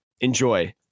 Enjoy